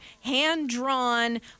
hand-drawn